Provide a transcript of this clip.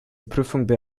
prüfungen